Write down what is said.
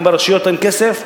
אם לרשויות אין כסף,